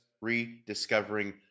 rediscovering